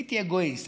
הייתי אגואיסט,